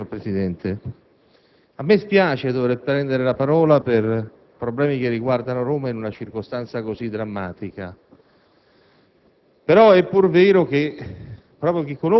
Signor Presidente, a me spiace dover prendere la parola per problemi che riguardano Roma in una circostanza così drammatica;